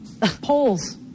Polls